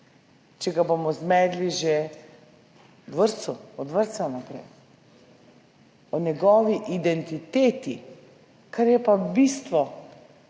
Če ga bomo zmedli že v vrtcu, od vrtca naprej, o njegovi identiteti, kar je pa bistvo